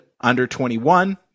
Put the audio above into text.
under-21